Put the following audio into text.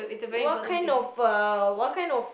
what kind of uh what kind of